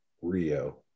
Rio